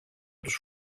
τους